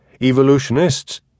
Evolutionists